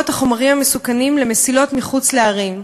החומרים המסוכנים למסילות מחוץ לערים.